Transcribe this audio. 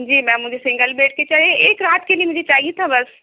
جی ma'am مجھے single bed کی چاہیے ایک رات کے لیے مجھے چاہیے تھا بس